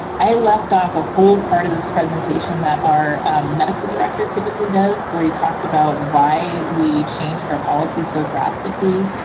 i left off a whole part of this presentation that our medical director typically does where he talked about why we changed our policy so drastically,